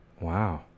Wow